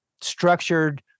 structured